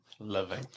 Living